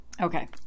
Okay